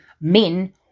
men